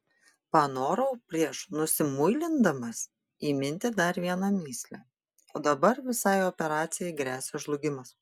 panorau prieš nusimuilindamas įminti dar vieną mįslę o dabar visai operacijai gresia žlugimas